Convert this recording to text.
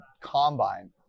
Combine